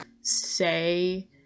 say